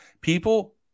People